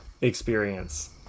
experience